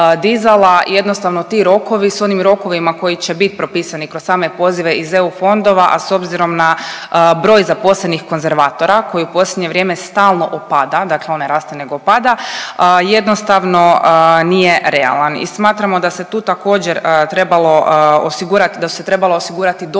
jednostavno ti rokovi s onim rokovima koji će bit propisani kroz same pozive iz EU fondova, a s obzirom na broj zaposlenih konzervatora koji u posljednje vrijeme stalno opada, dakle on ne raste nego opada, jednostavno nije realan. I smatramo da se tu također trebalo osigurati, da su se